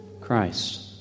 Christ